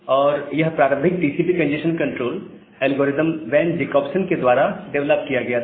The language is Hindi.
और यह प्रारंभिक TCP congestion control algorithm Van Jacobson के द्वारा डेवलप किया गया था